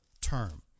term